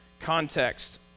context